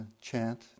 Chant